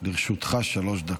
לרשותך שלוש דקות.